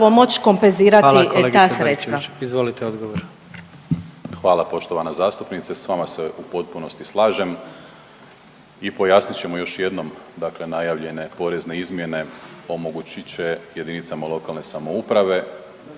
Gordan (HDZ)** Hvala kolegice Baričević. Izvolite odgovor. **Primorac, Marko** Hvala poštovana zastupnice, s vama se u potpunosti slažem i pojasnit ćemo još jednom dakle najavljene porezne izmjene omogućit će jedinicama lokalne samouprave